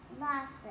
last